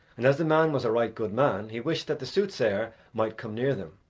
and as the man was a right good man, he wished that the soothsayer might come near them.